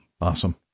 awesome